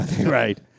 Right